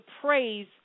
praise